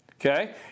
okay